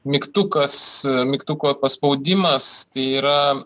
mygtukas mygtuko paspaudimas tai yra